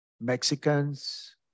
Mexicans